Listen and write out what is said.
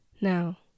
Now